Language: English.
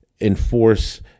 enforce